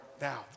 now